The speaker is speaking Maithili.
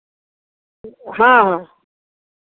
हँ हँ